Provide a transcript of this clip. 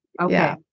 Okay